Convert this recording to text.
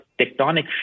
tectonic